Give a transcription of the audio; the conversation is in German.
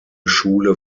schule